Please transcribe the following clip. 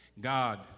God